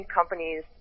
companies